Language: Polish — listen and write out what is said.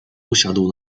usiadł